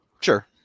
Sure